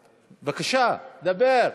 בבקשה, דבר.